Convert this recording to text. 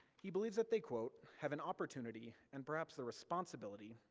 he believes that they have an opportunity, and perhaps the responsibility,